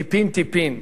טיפין-טיפין,